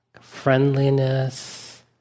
friendliness